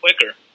quicker